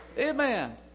Amen